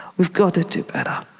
we've got to do better.